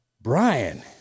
Brian